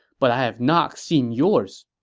but i have not seen yours.